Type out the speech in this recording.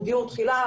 הוא דיור תחילה,